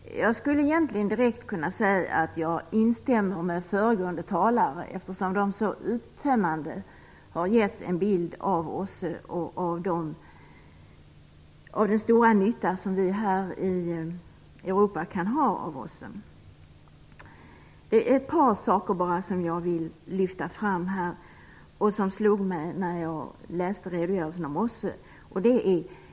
Fru talman! Jag skulle egentligen kunna säga att jag instämmer med de föregående talarna som gett en så uttömmande bild av OSSE och av den stora nytta som vi här i Europa kan ha av OSSE. Det är bara ett par saker som slog mig när jag läste redogörelsen om OSSE och som jag vill lyfta fram här.